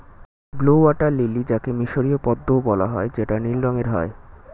blue water lily যাকে মিসরীয় পদ্মও বলা হয় যেটা নীল রঙের হয়